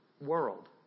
world